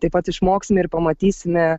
taip pat išmoksime ir pamatysime